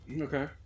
Okay